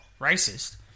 racist